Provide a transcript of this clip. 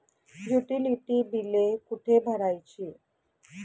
Utility बिले कुठे भरायची?